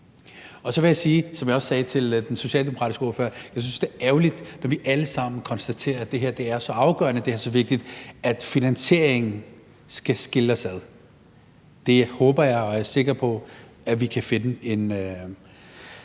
Så vil jeg sige, som jeg også sagde til den socialdemokratiske ordfører, at jeg synes, det er ærgerligt, når vi alle sammen konstaterer, at det her er så afgørende og så vigtigt, at finansieringen skal skille os ad. Det håber jeg og er sikker på, at vi kan finde en